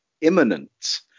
imminent